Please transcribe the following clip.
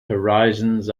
horizons